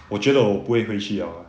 我觉得我不会回去了啦